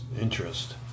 interest